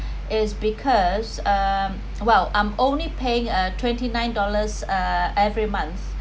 is because um well I'm only paying a twenty nine dollars uh every month